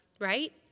right